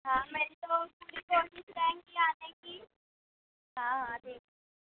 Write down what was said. ہاں میں تو پوری کوشش رہیں گی آنے کی ہاں ہاں ٹھیک